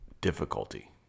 difficulty